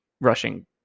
rushing